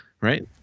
right